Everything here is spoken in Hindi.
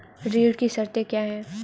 ऋण की शर्तें क्या हैं?